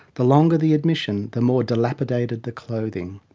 the longer the admission, the more dilapidated the clothing.